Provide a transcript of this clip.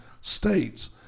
states